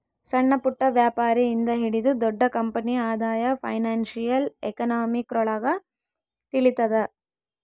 ಸಣ್ಣಪುಟ್ಟ ವ್ಯಾಪಾರಿ ಇಂದ ಹಿಡಿದು ದೊಡ್ಡ ಕಂಪನಿ ಆದಾಯ ಫೈನಾನ್ಶಿಯಲ್ ಎಕನಾಮಿಕ್ರೊಳಗ ತಿಳಿತದ